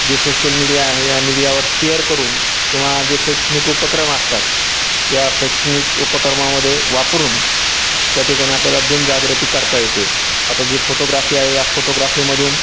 जे social media आहे या मीडियावर शेअर करून किंवा जे शैक्षणिक उपक्रम असतात या शैक्षणिक उपक्रमामध्ये वापरून त्याठिकाणी आपल्याला जनजागृती करता येते आता जी फोटोग्राफी आहे या फोटोग्राफीमधून